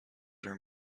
are